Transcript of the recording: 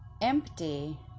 empty